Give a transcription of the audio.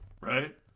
right